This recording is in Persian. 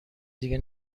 دیگه